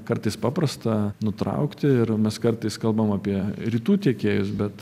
kartais paprasta nutraukti ir mes kartais kalbam apie rytų tiekėjus bet